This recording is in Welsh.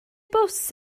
bws